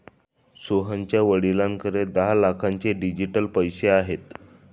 सोहनच्या वडिलांकडे दहा लाखांचे डिजिटल पैसे आहेत